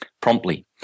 promptly